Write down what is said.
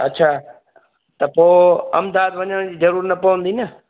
अच्छा त पोइ अहमदाबाद वञण जी ज़रूरत न पवंदी न